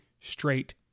straight